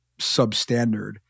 substandard